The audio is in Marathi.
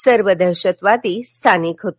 सर्व दहशतवादी स्थानिक होते